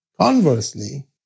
Conversely